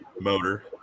motor